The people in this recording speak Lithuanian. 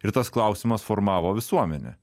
ir tas klausimas formavo visuomenę